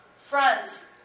Friends